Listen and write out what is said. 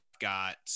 got